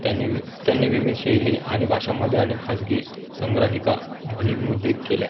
त्यांनी वि त्यांनी विविध शैली आणि भाषांमध्ये आणि खाजगी संग्रहिका ध्वनिमुद्रित केल्या